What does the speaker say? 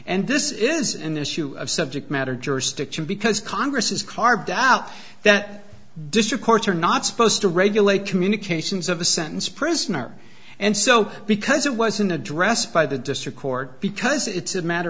and this is an issue of subject matter jurisdiction because congress is carved out that district courts are not supposed to regulate communications of a sentence prisoner and so because it wasn't addressed by the district court because it's a matter